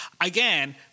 again